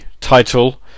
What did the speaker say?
title